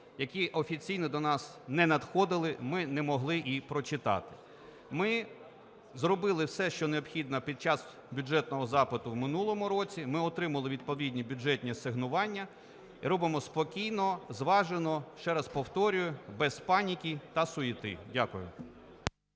які офіційно до нас не надходили, ми не могли і прочитати. Ми зробили все, що необхідно під час бюджетного запиту в минулому році. Ми отримали відповідні бюджетні асигнування. Робимо спокійно, зважено, ще раз повторюю – без паніки та суєти. Дякую.